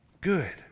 good